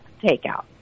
takeout